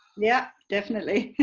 yeah definitely.